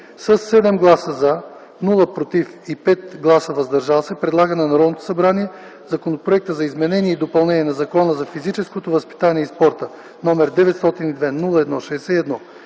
7 гласа „за”, без „против” и 5 гласа „въздържали се”, предлага на Народното събрание Законопроект за изменение и допълнение на Закона за физическото възпитание и спорта № 902 01-61